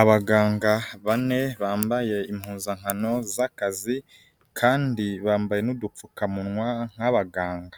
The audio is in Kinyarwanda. Abaganga bane bambaye impuzankano z'akazi kandi bambaye n'udupfukamunwa nk'abaganga,